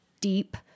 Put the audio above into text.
deep